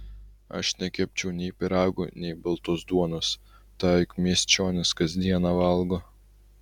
aš nekepčiau nei pyragų nei baltos duonos tą juk miesčionys kas dieną valgo